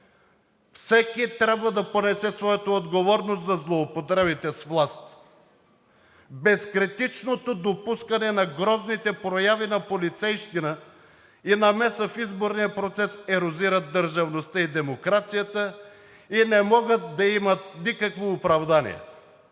Всеки трябва да понесе своята отговорност за злоупотребите с власт. Безкритичното допускане на грозните прояви на полицейщина и намеса в изборния процес ерозират държавността и демокрацията и не могат да имат никакво оправдание.